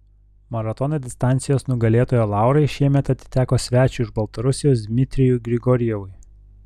maratono distancijos nugalėtojo laurai šiemet atiteko svečiui iš baltarusijos dmitrijui grigorjevui